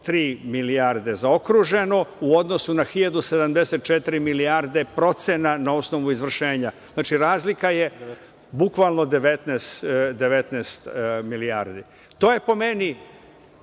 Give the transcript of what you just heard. milijarde zaokruženo u odnosu na 1.074 milijarde procena na osnovu izvršenja. Znači, razlika je bukvalno 19 milijardi. To je po meni